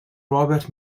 robert